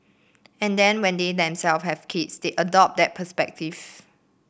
and then when they themselves have kids they adopt that perspective